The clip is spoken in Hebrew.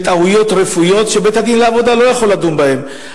טעויות רפואיות שבית-הדין לעבודה לא יכול לדון בהן.